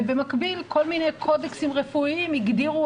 ובמקביל כל מיני קודקסים רפואיים הגדירו